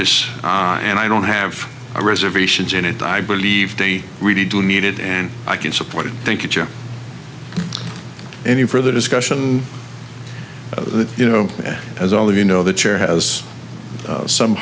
this and i don't have a reservations in it i believe they really do need it and i can support it thank you any further discussion you know as all of you know the chair has some